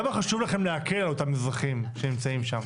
כמה חשוב לכם להקל על אותם אזרחים שנמצאים שם?